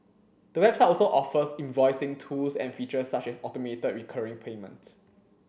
the website also offers invoicing tools and features such as automated recurring payments